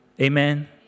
Amen